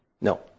No